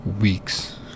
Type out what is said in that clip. weeks